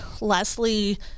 leslie